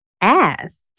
ask